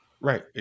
Right